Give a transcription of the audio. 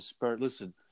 Listen